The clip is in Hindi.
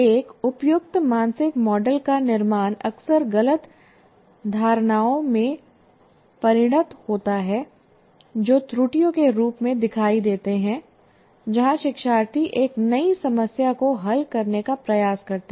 एक उपयुक्त मानसिक मॉडल का निर्माण अक्सर गलत धारणाओं में परिणत होता है जो त्रुटियों के रूप में दिखाई देते हैं जहां शिक्षार्थी एक नई समस्या को हल करने का प्रयास करते हैं